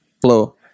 flow